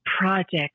project